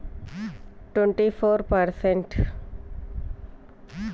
పెట్టుబడులలో వడ్డీ రేటు ఎంత వరకు ఉంటది?